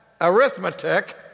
arithmetic